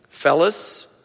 Fellas